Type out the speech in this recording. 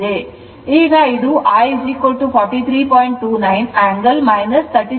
ಈಗ ಇದು I 43